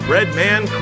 Redman